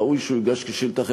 ראוי שהוא יוגש כשאילתה אחרת.